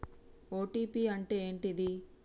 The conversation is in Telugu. ఓ.టీ.పి అంటే ఏంటిది?